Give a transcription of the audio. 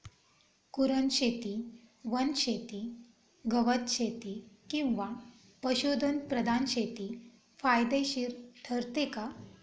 कुरणशेती, वनशेती, गवतशेती किंवा पशुधन प्रधान शेती फायदेशीर ठरते का?